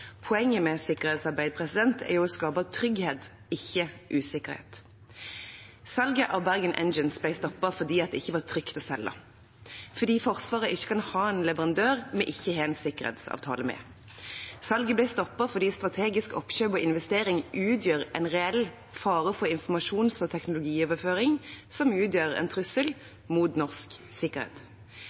Poenget med sikkerhetsarbeid er å skape trygghet, ikke usikkerhet. Salget av Bergen Engines ble stoppet fordi det ikke var trygt å selge, fordi Forsvaret ikke kan ha en leverandør vi ikke har en sikkerhetsavtale med. Salget ble stoppet fordi strategisk oppkjøp og investering utgjør en reell fare for informasjons- og teknologioverføring, som utgjør en trussel mot norsk sikkerhet.